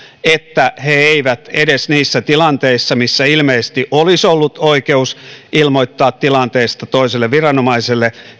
että he eivät edes niissä tilanteissa missä ilmeisesti olisi ollut oikeus ilmoittaa tilanteesta toiselle viranomaiselle